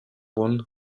bun